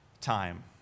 time